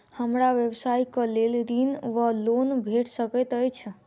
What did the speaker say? हमरा व्यवसाय कऽ लेल ऋण वा लोन भेट सकैत अछि?